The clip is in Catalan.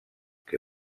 que